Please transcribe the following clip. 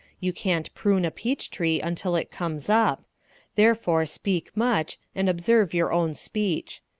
you can't prune a peach tree until it comes up therefore speak much, and observe your own speech.